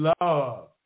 Love